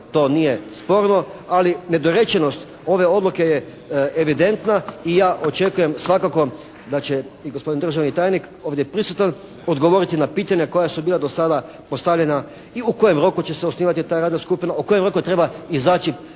To nije sporno, ali nedorečenost ove odluke je evidentna i ja očekujem svakako da će i gospodin državni tajnik ovdje prisutan odgovoriti na pitanja koja su bila do sada postavljena. I u kojem roku će se osnivati ta radna skupina o kojoj ovako treba izaći